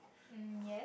um yes